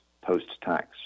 post-tax